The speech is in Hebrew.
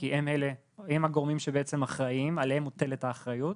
כי הם הגורמים שעליהם מוטלת האחריות.